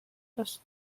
blushed